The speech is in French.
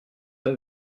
pas